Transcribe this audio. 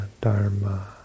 dharma